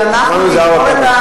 שמענו את זה ארבע פעמים.